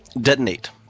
Detonate